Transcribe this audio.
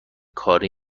کاری